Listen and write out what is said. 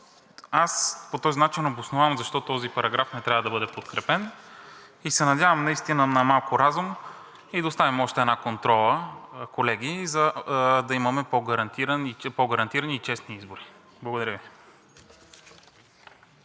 аз по този начин обосновавам защо този параграф не трябва да бъде подкрепен и се надявам наистина на малко разум и да оставим още една контрола, колеги, да имаме по-гарантирани и честни избори. Благодаря Ви.